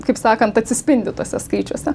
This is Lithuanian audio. kaip sakant atsispindi tuose skaičiuose